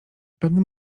pewnym